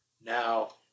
Now